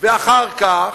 ואחר כך,